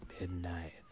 midnight